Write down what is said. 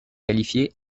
qualifiées